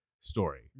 story